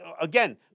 again